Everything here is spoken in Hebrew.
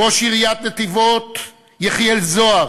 ראש עיריית נתיבות יחיאל זוהר,